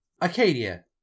Acadia